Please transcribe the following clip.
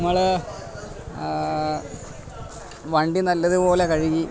നമ്മൾ വണ്ടി നല്ലതു പോലെ കഴുകി